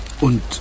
Und